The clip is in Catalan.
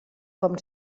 com